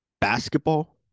basketball